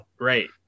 right